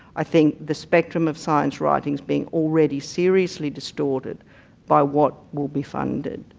i think the spectrum of science writing is being already seriously distorted by what will be funded.